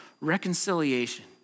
reconciliation